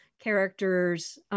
characters